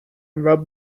rub